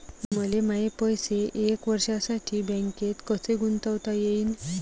मले माये पैसे एक वर्षासाठी बँकेत कसे गुंतवता येईन?